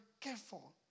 careful